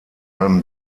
allem